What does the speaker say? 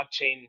blockchain